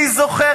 אני זוכר,